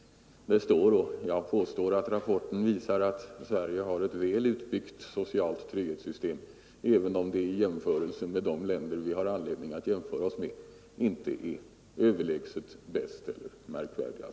Jag påstår att rapporten visar att Sverige har ett väl utbyggt socialt trygghetssystem, även om det i jämförelse med de länder som vi har anledning att jämföra oss med inte är överlägset bäst eller märkvärdigast.